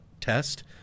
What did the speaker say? test